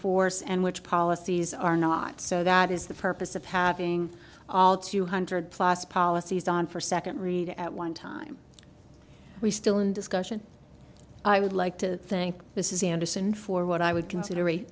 force and which policies are not so that is the purpose of having all two hundred plus policies on for second read at one time we still in discussion i would like to think this is anderson for what i would consider a